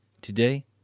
today